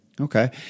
Okay